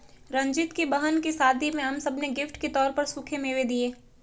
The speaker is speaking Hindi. रंजीत की बहन की शादी में हम सब ने गिफ्ट के तौर पर सूखे मेवे दिए